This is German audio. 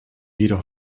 jedoch